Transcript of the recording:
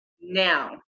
now